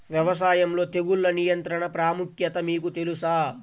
వ్యవసాయంలో తెగుళ్ల నియంత్రణ ప్రాముఖ్యత మీకు తెలుసా?